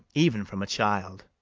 even from a child.